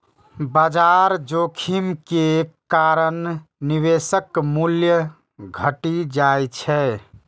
बाजार जोखिम के कारण निवेशक मूल्य घटि जाइ छै